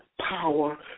power